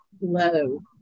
low